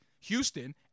Houston